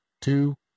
two